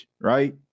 right